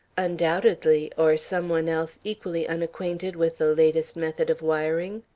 undoubtedly, or some one else equally unacquainted with the latest method of wiring.